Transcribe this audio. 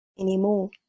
anymore